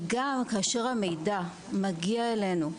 וגם כאשר המידע מגיע אלינו,